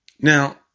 Now